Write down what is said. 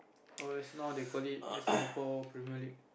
oh yes now they call it the Singapore-Premier-League